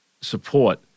support